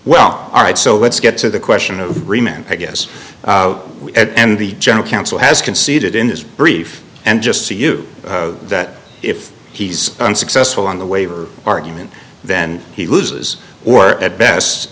well all right so let's get to the question of i guess and the general counsel has conceded in this brief and just so you that if he's unsuccessful on the waiver argument then he loses or at best